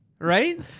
Right